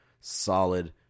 solid